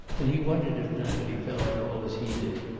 and he wondered if natalie felt at all as he did,